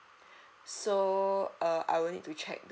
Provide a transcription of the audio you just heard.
so uh I will need to check